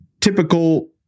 typical